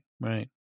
right